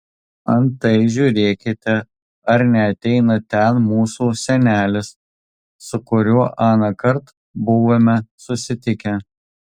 antai žiūrėkite ar neateina ten mūsų senelis su kuriuo anąkart buvome susitikę